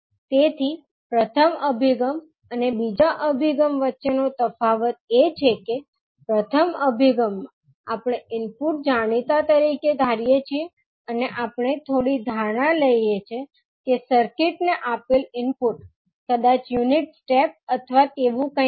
તેથી પ્રથમ અભિગમ અને બીજા અભિગમ વચ્ચેનો તફાવત એ છે કે પ્રથમ અભિગમમાં આપણે ઇનપુટ જાણીતા તરીકે ધારીએ છીએ અને આપણે થોડી ધારણા લઈએ છીએ કે સર્કિટને આપેલ ઇનપુટ કદાચ યુનિટ સ્ટેપ અથવા તેવું કંઈક છે